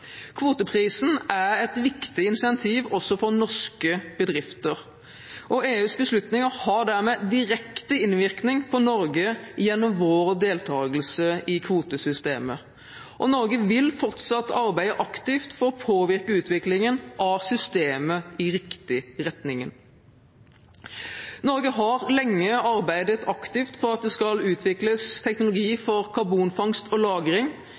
Kvoteprisen er et viktig incentiv også for norske bedrifter, og EUs beslutninger har dermed direkte innvirkning på Norge gjennom vår deltagelse i kvotesystemet. Norge vil fortsatt arbeide aktivt for å påvirke utviklingen av systemet i riktig retning. Norge har lenge arbeidet aktivt for at det skal utvikles teknologi for karbonfangst og